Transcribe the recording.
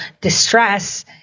distress